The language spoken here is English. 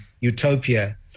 utopia